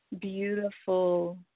beautiful